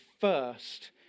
first